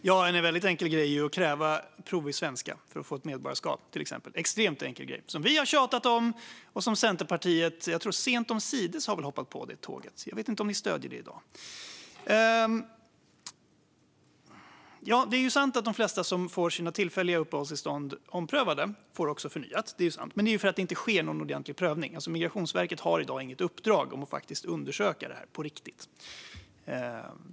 Herr talman! En väldigt enkel grej är att kräva prov i svenska för att få ett medborgarskap - något som vi har tjatat om och där Centerpartiet sent omsider hoppade på tåget. Men jag vet inte om ni stöder det i dag. Det är sant att de flesta som får sina tillfälliga uppehållstillstånd omprövade får det förnyat. Men det är ju för att det inte sker någon ordentlig prövning. Migrationsverket har i dag inget uppdrag att undersöka detta på riktigt.